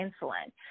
insulin